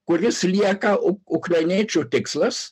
kuris lieka ukrainiečių tikslas